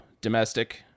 domestic